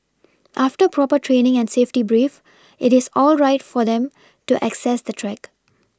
after proper training and safety brief it is all right for them to access the track